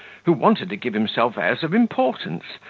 who wanted to give himself airs of importance,